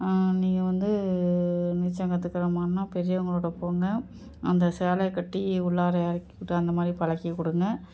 நீங்கள் வந்து நீச்சல் கற்றுக்கற மாதிரின்னா பெரியவங்களோடு போங்க அந்த சேலையை கட்டி உள்ளார இறக்கிவிட்டு அந்த மாதிரி பழக்கிக் கொடுங்க